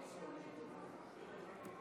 (קוראת בשמות חברי הכנסת)